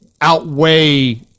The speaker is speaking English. outweigh